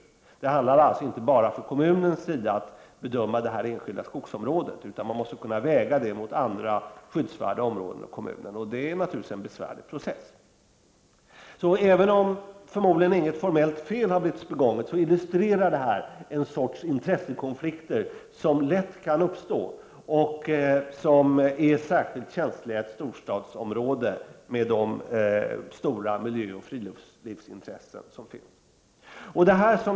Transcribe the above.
Från kommunens sida handlar det alltså inte bara om att göra en bedömning av det enskilda skogsområdet, utan man måste kunna väga det mot andra skyddsvärda områden i kommunen. Det är naturligtvis en besvärlig process. Även om något formellt fel förmodligen inte har blivit begånget, illustrerar detta en sorts intressekonflikter som lätt kan uppstå och som är särskilt känsliga i ett storstadsområde med de stora miljöoch friluftsintressen som finns där.